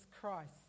Christ